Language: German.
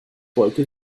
wolke